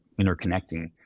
interconnecting